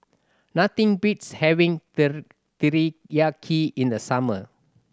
nothing beats having Teriyaki in the summer